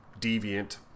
deviant